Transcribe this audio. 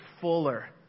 fuller